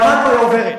גם את לא עוברת.